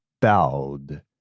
bowed